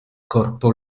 corpo